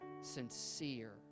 sincere